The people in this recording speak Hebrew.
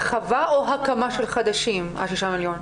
הרחבה או הקמה של חדשים, ה-6 מיליון?